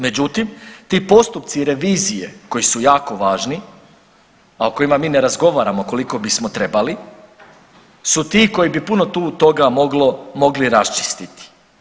Međutim, ti postupci revizije koji su jako važni, a o kojima mi ne razgovaramo koliko bismo trebali su ti koji bi puno tu toga mogli raščistiti.